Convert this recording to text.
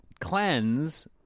cleanse